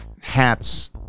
hats